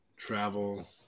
Travel